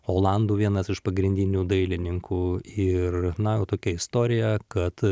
olandų vienas iš pagrindinių dailininkų ir na jau tokia istorija kad